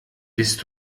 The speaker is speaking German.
bist